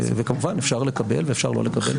וכמובן אפשר לקבל ואפשר לא לקבל.